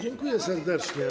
Dziękuję serdecznie.